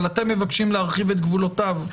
אבל אתם מבקשים להרחיב את גבולותיו.